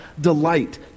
delight